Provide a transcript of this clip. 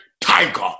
tiger